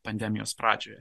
pandemijos pradžioje